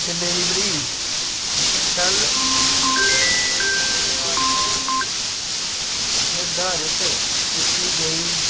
delivery कल अट्ठ निरधारत कीती गेई ऐ